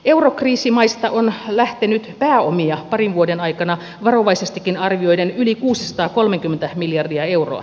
eurokriisimaista on lähtenyt pääomia parin vuoden aikana varovaisestikin arvioiden yli kuusisataakolmekymmentä miljardia euroa